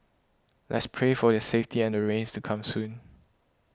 let's pray for their safety and the rains to come soon